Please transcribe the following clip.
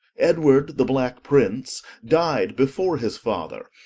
edward the black-prince dyed before his father,